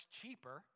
cheaper